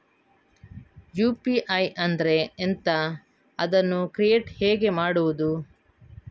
UPI ಅಂದ್ರೆ ಎಂಥ? ಅದನ್ನು ಕ್ರಿಯೇಟ್ ಹೇಗೆ ಮಾಡುವುದು?